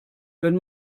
wenn